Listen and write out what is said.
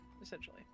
Essentially